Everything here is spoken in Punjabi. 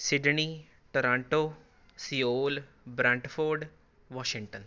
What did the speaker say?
Sydney Toronto Seoul Brantford Washington